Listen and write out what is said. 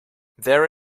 there